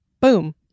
boom